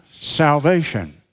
salvation